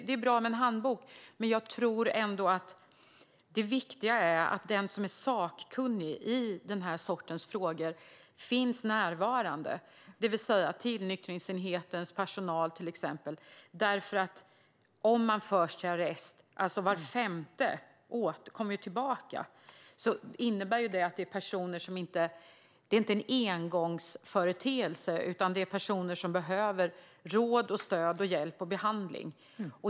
Det är bra med en handbok, men jag tror ändå att det viktiga är att den som är sakkunnig i denna sorts frågor, det vill säga till exempel tillnyktringsenhetens personal, finns närvarande. Var femte person kommer ju tillbaka. Om de förs till arrest är det inte en engångsföreteelse, utan det handlar om personer som behöver råd, stöd, hjälp och behandling.